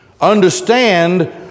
understand